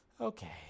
Okay